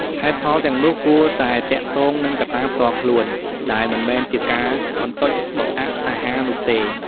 ហេតុផលទាំងនោះគួរតែទាក់ទងនឹងកត្តាផ្ទាល់ខ្លួន ដែលមិនមែនជាការបន្ទច់បង្អាក់អាហារនោះទេ។